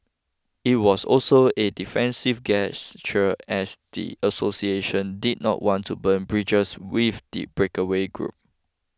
it was also a defensive gesture as the association did not want to burn bridges with the breakaway group